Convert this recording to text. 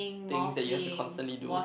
things that you have to constantly do